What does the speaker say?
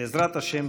בעזרת השם,